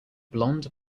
blond